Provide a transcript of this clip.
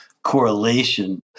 correlation